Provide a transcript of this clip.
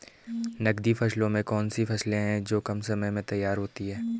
नकदी फसलों में कौन सी फसलें है जो कम समय में तैयार होती हैं?